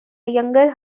younger